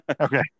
Okay